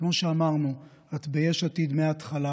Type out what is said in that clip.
וכמו שאמרנו, את ביש עתיד מההתחלה.